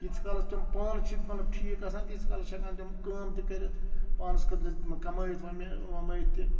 ییٖتِس کالَس تِم پانہٕ چھِ مطلب ٹھیٖک آسان تیٖتِس کالَس چھِ ہٮ۪کان تِم کٲم تہِ کٔرِتھ پانَس خٲطرٕ کَمٲوِتھ وَمٲوِتھ تہِ